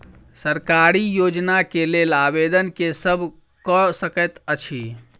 सरकारी योजना केँ लेल आवेदन केँ सब कऽ सकैत अछि?